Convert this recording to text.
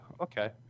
Okay